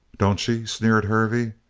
don't she? sneered hervey.